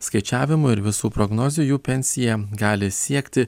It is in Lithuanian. skaičiavimų ir visų prognozių jų pensija gali siekti